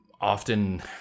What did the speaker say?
often